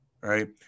right